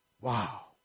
wow